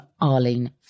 Arlene